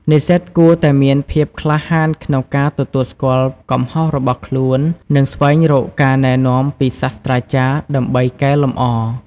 និស្សិតគួរតែមានភាពក្លាហានក្នុងការទទួលស្គាល់កំហុសរបស់ខ្លួន និងស្វែងរកការណែនាំពីសាស្រ្តាចារ្យដើម្បីកែលម្អ។